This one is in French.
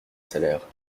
salaire